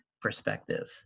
perspective